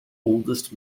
oldest